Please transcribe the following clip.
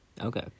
okay